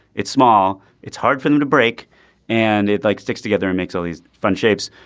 it's small it's hard for them to break and it like sticks together and makes all these fun shapes.